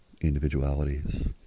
individualities